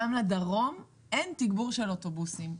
מהקווים לדרום אין תגבור של אוטובוסים.